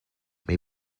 may